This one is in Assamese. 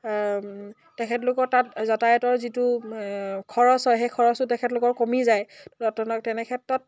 তেখেতলোকৰ তাত যাতায়তৰ যিটো খৰচ হয় সেই খৰচটো তেখেতলোকৰ কমি যায় তেনেক্ষেত্ৰত